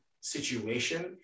situation